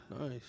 nice